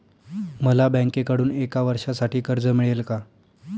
मला बँकेकडून एका वर्षासाठी कर्ज मिळेल का?